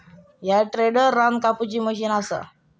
ह्या टेडर रान कापुची मशीन असा